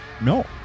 No